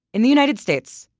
in the united states,